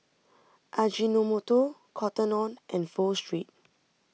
Ajinomoto Cotton on and Pho Street